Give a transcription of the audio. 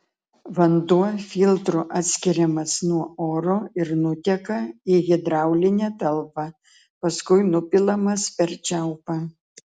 vanduo filtru atskiriamas nuo oro ir nuteka į hidraulinę talpą paskui nupilamas per čiaupą